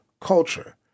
culture